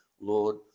Lord